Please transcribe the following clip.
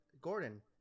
Gordon